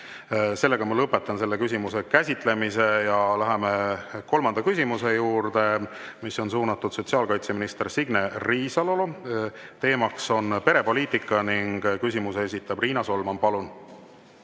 selle küsimuse käsitlemise. Läheme kolmanda küsimuse juurde, mis on suunatud sotsiaalkaitseminister Signe Riisalole. Teemaks on perepoliitika ning küsimuse esitab Riina Solman. Palun!